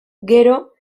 gero